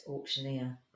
auctioneer